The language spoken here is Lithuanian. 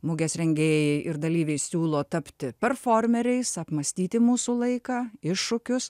mugės rengėjai ir dalyviai siūlo tapti performeriais apmąstyti mūsų laiką iššūkius